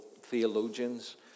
theologians